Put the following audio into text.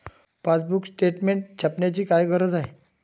Passbook statement छापण्याची काय गरज आहे?